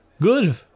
Good